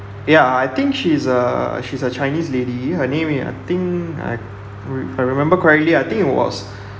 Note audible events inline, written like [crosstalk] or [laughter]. ya I think she's a she's a chinese lady her name ah I think I re~ I remember correctly I think it was [breath]